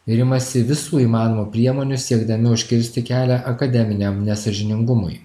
ir imasi visų įmanomų priemonių siekdami užkirsti kelią akademiniam nesąžiningumui